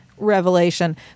Revelation